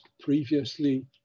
previously